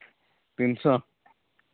ᱛᱤᱱ ᱥᱚ